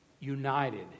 united